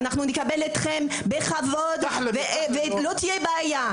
אז אנחנו נקבל אתכם בכבוד ולא תהיה בעיה,